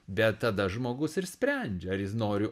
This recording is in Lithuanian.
bet tada žmogus ir sprendžia ar jis nori